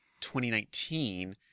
2019